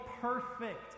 perfect